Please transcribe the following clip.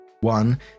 One